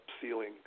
ceiling